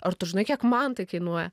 ar tu žinai kiek man tai kainuoja